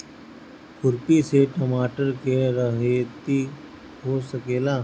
खुरपी से टमाटर के रहेती हो सकेला?